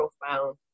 profound